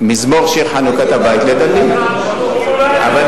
שלמה בנה, דוד לא בנה,